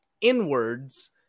inwards